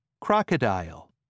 Crocodile